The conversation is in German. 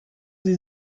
sie